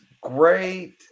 great